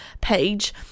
page